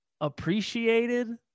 appreciated